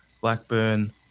Blackburn